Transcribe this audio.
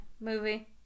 movie